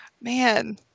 man